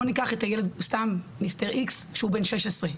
בואו ניקח את הילד שהוא בן שש עשרה,